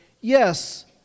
Yes